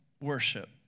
worship